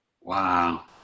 Wow